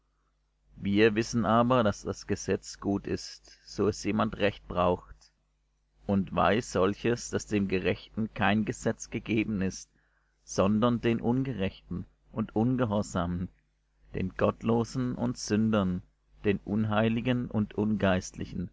wir wissen aber daß das gesetz gut ist so es jemand recht braucht und weiß solches daß dem gerechten kein gesetz gegeben ist sondern den ungerechten und ungehorsamen den gottlosen und sündern den unheiligen und